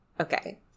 okay